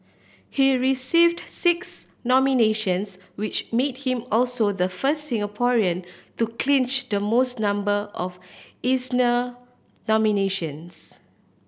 he received six nominations which made him also the first Singaporean to clinch the most number of Eisner nominations